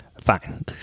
Fine